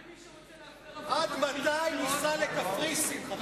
מה עם מי שרוצה להפר הבטחה, חבר